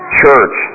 church